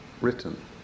written